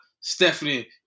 Stephanie